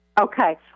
Okay